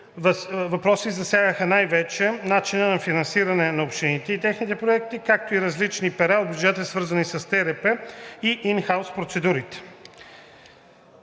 въпроси, засягаха най-вече начина на финансиране на общините и техните проекти, както и различни пера от бюджета, свързани с ТРП и ин хаус процедурите.